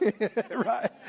Right